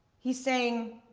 he's saying,